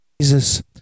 Jesus